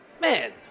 man